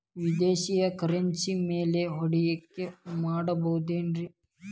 ವಿದೇಶಿ ಕರೆನ್ಸಿ ಮ್ಯಾಲೆ ಹೂಡಿಕೆ ಮಾಡಬಹುದೇನ್ರಿ?